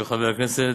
של חבר הכנסת